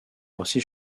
roissy